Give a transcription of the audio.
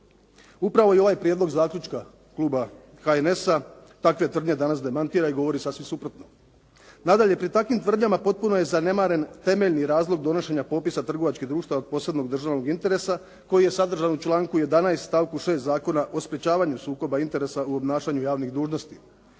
Upravo i ovaj prijedlog zaključka kluba HNS takve tvrdnje danas demantira i govori sasvim suprotno. Nadalje, pri takvim tvrdnjama potpuno je zanemaren temeljni razlog donošenja Popisa trgovačkih društava od posebnog državnog interesa koji je sadržan u članku 11. stavku 6. Zakona o sprečavanju sukoba interesa u obnašanju javnih dužnosti,